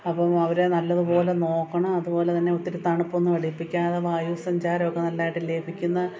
അപ്പം അവരെ നല്ലതുപോലെ നോക്കണം അതുപോലെ തന്നെ ഒത്തിരി തണുപ്പൊന്നും അടിപ്പിക്കാതെ വായുസഞ്ചാരം ഒക്കെ നല്ലതായിട്ട് ലഭിക്കുന്ന